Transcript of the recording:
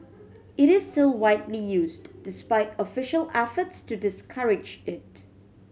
it is still widely used despite official efforts to discourage it